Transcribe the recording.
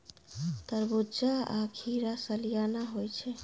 तरबूज्जा आ खीरा सलियाना होइ छै